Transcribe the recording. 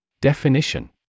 Definition